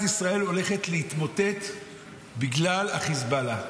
ישראל הולכת להתמוטט בגלל החיזבאללה,